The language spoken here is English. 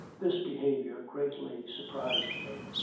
this behavior greatly surprised me,